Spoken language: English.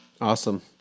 Awesome